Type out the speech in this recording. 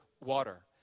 water